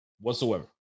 whatsoever